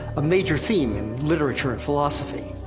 a major theme in literature and philosophy.